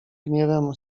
gniewem